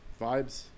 vibes